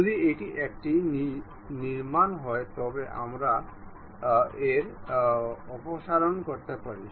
যদি এটি একটি নির্মাণ হয় তবে আমরা এটি অপসারণ করতে পারি